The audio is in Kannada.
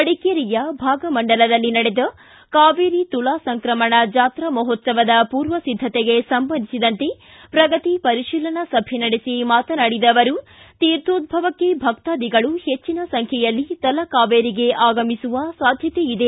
ಮಡಿಕೇರಿಯ ಭಾಗಮಂಡಲದಲ್ಲಿ ನಡೆದ ಕಾವೇರಿ ತುಲಾ ಸಂಕ್ರಮಣ ಜಾತ್ರಾ ಮಹೋತ್ಸವ ಪೂರ್ವ ಸಿದ್ದತೆಗೆ ಸಂಬಂಧಿಸಿದಂತೆ ಪ್ರಗತಿ ಪರೀತಿಲನಾ ಸಭೆ ನಡೆಸಿ ಮಾತನಾಡಿದ ಅವರು ತೀರ್ಥೋದ್ದವಕ್ಕೆ ಭಕ್ತಾಧಿಗಳು ಹೆಚ್ಚಿನ ಸಂಖ್ಯೆಯಲ್ಲಿ ತಲಕಾವೇರಿಗೆ ಆಗಮಿಸುವ ಸಾಧ್ಯತೆ ಇದೆ